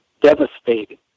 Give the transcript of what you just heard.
devastated